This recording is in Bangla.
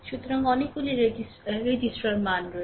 সুতরাং অনেকগুলি রেজিস্ট্রার মান রয়েছে